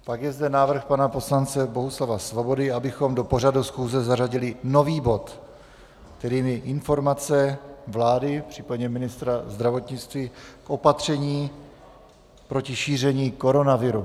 Pak je zde návrh pana poslance Bohuslava Svobody, abychom do pořadu schůze zařadili nový bod, kterým je Informace vlády, případně ministra zdravotnictví, o opatřeních proti šíření koronaviru.